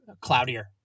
cloudier